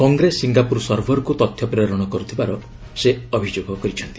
Congress Singapore ସର୍ଭରକୁ ତଥ୍ୟ ପ୍ରେରଣ କରୁଥିବାର ସେ ଅଭିଯୋଗ କରିଛନ୍ତି